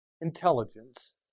intelligence